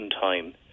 time